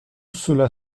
cela